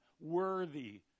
worthy